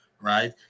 right